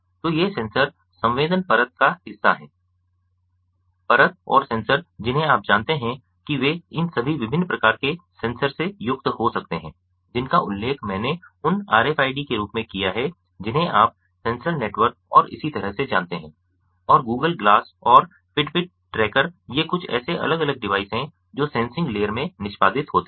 तो ये सेंसर संवेदन परत का हिस्सा हैं परत और सेंसर जिन्हें आप जानते हैं कि वे इन सभी विभिन्न प्रकार के सेंसर से युक्त हो सकते हैं जिनका उल्लेख मैंने उन RFID के रूप में किया है जिन्हें आप सेंसर नेटवर्क और इसी तरह से जानते हैं और Google ग्लास और फिटबिट ट्रैकर ये कुछ ऐसे अलग अलग डिवाइस हैं जो सेंसिंग लेयर में निष्पादित होते हैं